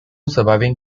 surviving